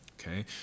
Okay